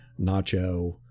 Nacho